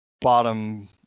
bottom